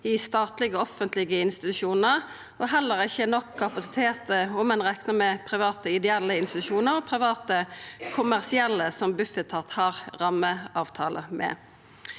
i statlege og offentlege institusjonar, og heller ikkje nok kapasitet om ein reknar med private ideelle institusjonar og private kommersielle som Bufetat har rammeavtale med.